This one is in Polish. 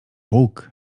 bóg